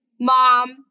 mom